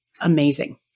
amazing